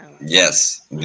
yes